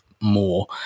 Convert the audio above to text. more